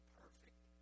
perfect